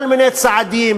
כל מיני צעדים,